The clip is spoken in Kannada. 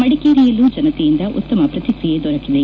ಮಡಿಕೇರಿಯಲ್ಲೂ ಜನತೆಯಿಂದ ಉತ್ತಮ ಪ್ರತಿಕ್ರಿಯೆ ದೊರೆಕಿದೆ